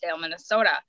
Minnesota